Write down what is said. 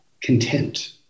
content